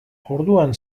orduan